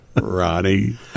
Ronnie